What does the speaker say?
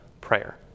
prayer